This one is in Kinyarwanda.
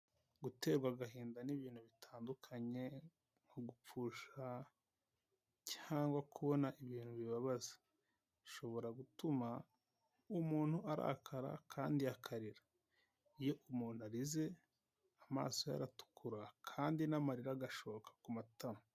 Guterwa agahinda n'ibintu bitandukanye nko gupfusha cyangwa kubona ibintu bibabaza, bishobora gutuma umuntu arakara kandi akarira, iyo umuntu arize amaso ye aratukura, kandi n'amarira agashoka ku matama.